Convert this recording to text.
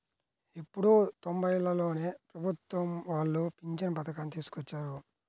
ఎప్పుడో తొంబైలలోనే ప్రభుత్వం వాళ్ళు పింఛను పథకాన్ని తీసుకొచ్చారు